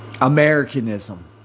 Americanism